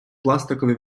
пластикові